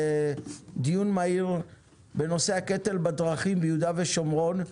בדיון מהיר בנושא הקטל בדרכים ביהודה ושומרון,